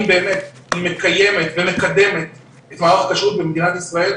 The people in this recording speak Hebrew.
היא באמת מקיימת ומקדמת את מערך הכשרות במדינת ישראל